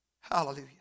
Hallelujah